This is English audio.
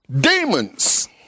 demons